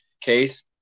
case